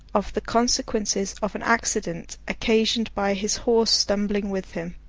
of the consequences of an accident occasioned by his horse stumbling with him.